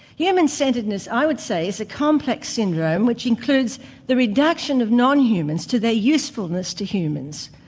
human centredness, i would say, is a complex syndrome which includes the reduction of non-humans to their usefulness to humans,